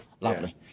Lovely